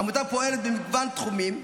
העמותה פועלת במגוון תחומים,